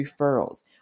referrals